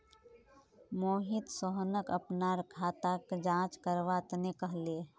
मोहित सोहनक अपनार खाताक जांच करवा तने कहले